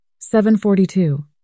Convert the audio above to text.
7.42